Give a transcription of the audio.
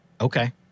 Okay